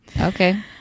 Okay